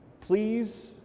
Please